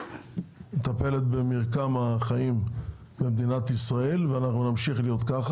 היא מטפלת במרקם החיים במדינת ישראל ואנחנו נמשיך כך.